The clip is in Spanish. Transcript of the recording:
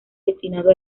destinado